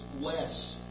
less